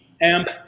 AMP